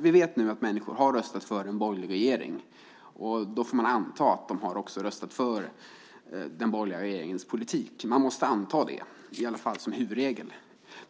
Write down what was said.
Vi vet nu att människor har röstat för en borgerlig regering, och då får man anta att de också har röstat för den borgerliga regeringens politik. Man måste anta det, i alla fall som huvudregel.